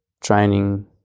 training